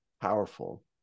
powerful